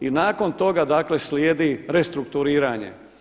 I nakon toga, dakle slijedi restrukturiranje.